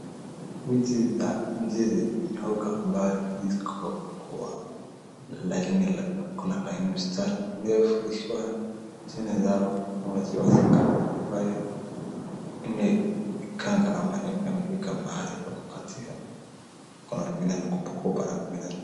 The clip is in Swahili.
Miti za ndizi ndogo ambayo ziko kwa laini, kuna laini msitari mrefu zikiwa chini zao au sakafu ambaye imekanga ama zimefika mahali pa kukatia, kuna zingine ni kubwakubwa na zingine.